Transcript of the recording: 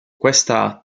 questa